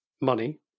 money